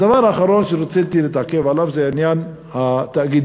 הדבר האחרון שרציתי להתעכב עליו זה עניין התאגידים.